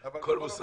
המקומות